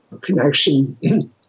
connection